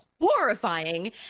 horrifying